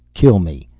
kill me.